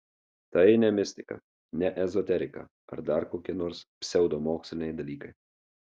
tai ne mistika ne ezoterika ar dar kokie nors pseudomoksliniai dalykai